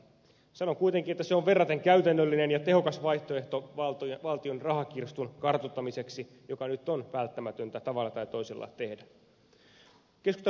sanon kuitenkin että se on verraten käytännöllinen ja tehokas vaihtoehto valtion rahakirstun kartuttamiseksi joka nyt on välttämätöntä tavalla tai toisella tehdä